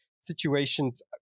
situations